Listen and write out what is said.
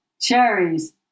Cherries